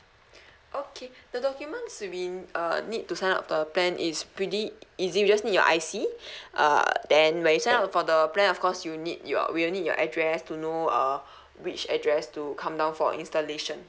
okay the documents will be uh need to sign up the plan is pretty easy we just need your I_C err then when you sign up for the plan of course you need your we'll need your address to know err which address to come down for installation